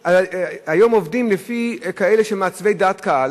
היום עובדים לפי כאלה שהם מעצבי דעת קהל,